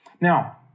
Now